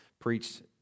preached